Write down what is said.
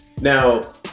Now